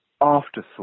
afterthought